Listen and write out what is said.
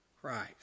Christ